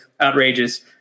outrageous